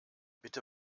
bitte